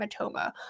Matoma